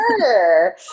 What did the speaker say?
sure